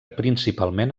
principalment